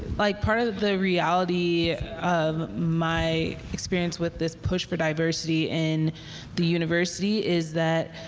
like part of the reality of my experience with this push for diversity in the university is that